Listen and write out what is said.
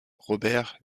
robert